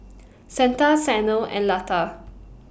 Santha Sanal and Lata